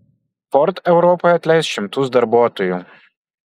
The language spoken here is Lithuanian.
ford europoje atleis šimtus darbuotojų